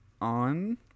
on